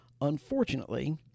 Unfortunately